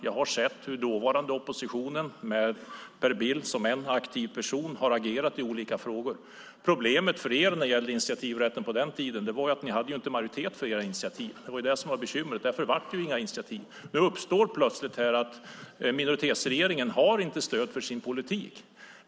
Jag har sett hur den tidigare oppositionen, med Per Bill som en aktiv person, agerat i olika frågor. Problemet beträffande initiativrätten var för er, Per Bill, att ni på den tiden inte hade majoritet för era initiativ. Det var bekymret, och därför blev det inte heller några initiativ. Nu uppstår plötsligt situationen att minoritetsregeringen inte har stöd för sin politik.